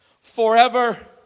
forever